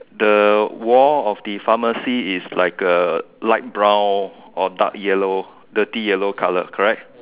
the wall of the pharmacy is like a light brown or dark yellow dirty yellow colour correct